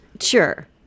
Sure